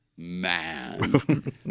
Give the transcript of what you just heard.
Man